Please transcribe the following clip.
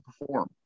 perform